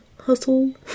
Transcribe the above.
hustle